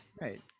Right